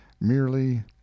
merely